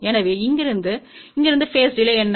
எனவே இங்கிருந்து இங்கிருந்து பேஸ் டிலே என்ன